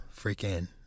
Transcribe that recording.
freaking